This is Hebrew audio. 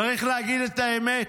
צריך להגיד את האמת: